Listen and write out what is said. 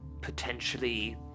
potentially